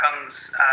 comes